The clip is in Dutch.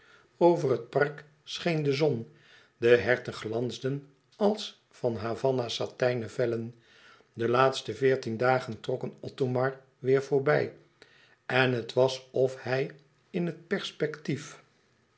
over het park scheen de zon de herten glansden als van havanna satijnen vellen de laatste veertien dagen trokken othomar weêr voorbij en het was of hij in het perspectief